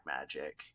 magic